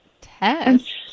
Test